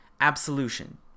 absolution